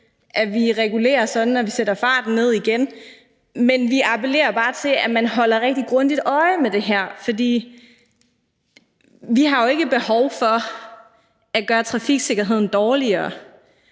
at man regulerer det sådan, at man sætter fartgrænsen ned igen. Men vi appellerer bare til, at man holder rigtig godt øje med det her, for der er jo ikke behov for at gøre trafiksikkerheden dårligere,